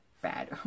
bad